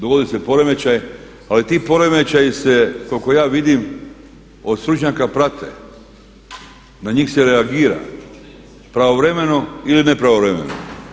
Dogodi se poremećaj, ali ti poremećaji se koliko ja vidim od stručnjaka prate, na njih se reagira pravovremeno ili nepravovremeno.